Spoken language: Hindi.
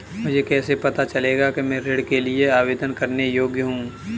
मुझे कैसे पता चलेगा कि मैं ऋण के लिए आवेदन करने के योग्य हूँ?